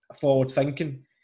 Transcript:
forward-thinking